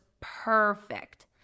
perfect